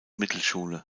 mittelschule